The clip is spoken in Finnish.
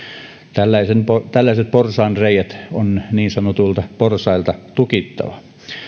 tällaiset tällaiset porsaanreiät on niin sanotuilta porsailta tukittava